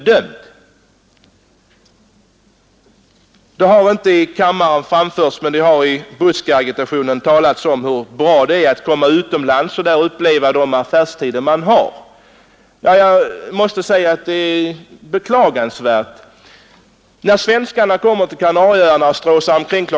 Det har, inte här i kammaren, men i buskagitationen, talats om hur bra det är att komma utomlands och få uppleva de affärstider man har där. Jag måste säga att det är ett beklämmande resonemang. Svenskarna kommer till Kanarieöarna och strosar omkring kl.